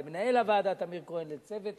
למנהל הוועדה טמיר כהן ולצוות